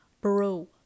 bro